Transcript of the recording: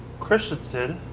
kristensen,